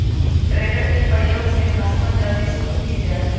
tedder के प्रयोग से घसवन जल्दी सूख भी जाहई